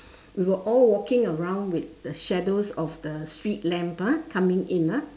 we were all walking around with the shadows of the street lamp ah coming in ah